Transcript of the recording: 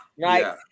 right